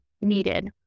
needed